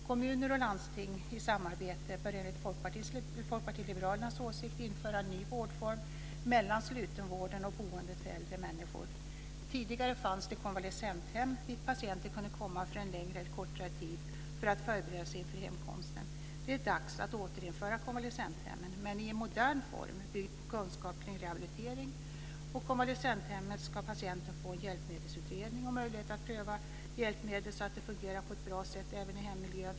Kommuner och landsting bör i samarbete, enligt Tidigare fanns konvalecenthem dit patienter kunde komma för en längre eller kortare tid för att förbereda sig inför hemkomsten. Det är dags att återinföra konvalescenthemmen, men i en modern form byggd på kunskap kring rehabilitering. På konvalescenthemmet ska patienten få en hjälpmedelsutredning och möjlighet att pröva hjälpmedlen så att de fungerar på ett bra sätt även i hemmiljön.